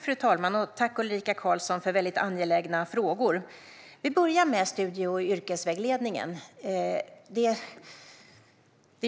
Fru talman! Tack, Ulrika Carlsson, för väldigt angelägna frågor! Vi börjar med studie och yrkesvägledningen. Det